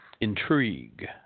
intrigue